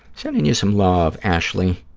sending you some love, ashley.